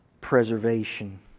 preservation